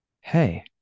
Hey